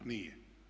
Nije.